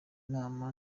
nama